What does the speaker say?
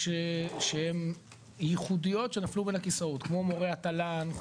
שהן ייחודיות שנפלו בין הכיסאות כמו מורי התל"ן,